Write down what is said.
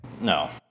No